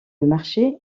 marché